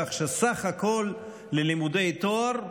כך שסך הכול ללימודי תואר,